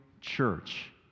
church